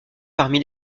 parmi